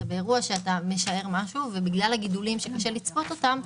אתה באירוע שאתה משער משהו ובגלל הגידולים שקשה לצפות אותם,